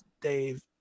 dave